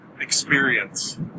experience